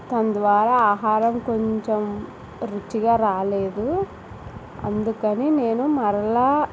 తను ద్వారా ఆహారం కొంచెం రుచిగా రాలేదు అందుకని నేను మరలా